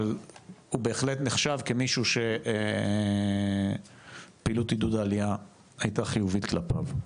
אבל הוא בהחלט נחשב כמישהו שפעילות עידוד העלייה הייתה חיובית כלפיו.